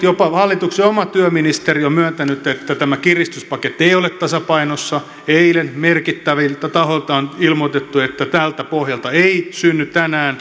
jopa hallituksen oma työministeri on myöntänyt että tämä kiristyspaketti ei ole tasapainossa eilen merkittäviltä tahoilta on ilmoitettu että tältä pohjalta ei synny tänään